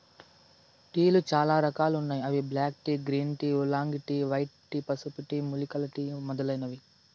టీలు చానా రకాలు ఉన్నాయి అవి black tea, green tea, oolong tea, white tea, పసుపు టీ, మూలికల టీ మొదలైనవి